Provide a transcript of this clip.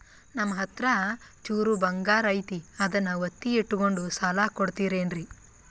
ನಮ್ಮಹತ್ರ ಚೂರು ಬಂಗಾರ ಐತಿ ಅದನ್ನ ಒತ್ತಿ ಇಟ್ಕೊಂಡು ಸಾಲ ಕೊಡ್ತಿರೇನ್ರಿ?